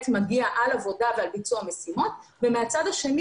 מגיע על עבודה ועל ביצוע משימות ומהצד השני